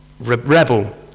rebel